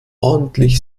ordentlich